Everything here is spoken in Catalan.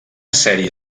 sèrie